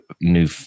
new